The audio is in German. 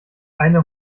eine